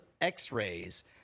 X-rays